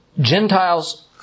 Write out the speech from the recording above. Gentiles